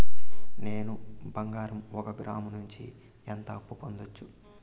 నేను బంగారం ఒక గ్రాము నుంచి ఎంత అప్పు పొందొచ్చు